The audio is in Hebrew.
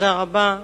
תודה רבה.